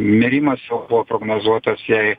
mirimas buvo prognozuotas jai